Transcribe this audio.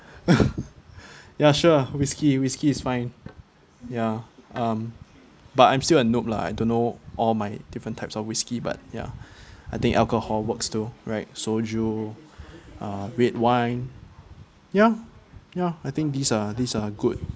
ya sure whiskey whiskey is fine ya um but I'm still a noob lah I don't know all my different types of whiskey but ya I think alcohol works too right soju uh red wine ya ya I think these are these are good